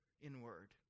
inward